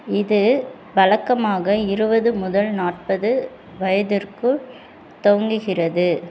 இது வழக்கமாக இருபது முதல் நாற்பது வயதிற்கு துவங்குகிறது